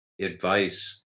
advice